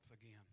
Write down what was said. again